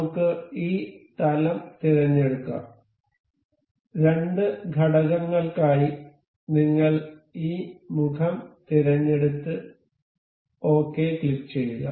നമുക്ക് ഈ തലം തിരഞ്ഞെടുക്കാം രണ്ട് ഘടകങ്ങൾക്കായി നിങ്ങൾ ഈ മുഖം തിരഞ്ഞെടുത്ത് ഓകെ ക്ലിക്കുചെയ്യുക